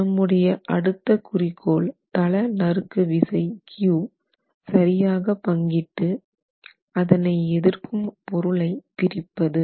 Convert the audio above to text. நம்முடைய அடுத்த குறிக்கோள் தள நறுக்கு விசை Q சரியாக பங்கிட்டு அதனை எதிர்க்கும் பொருளை பிரிப்பது